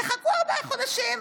תחכו ארבעה חודשים.